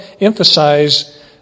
emphasize